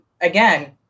again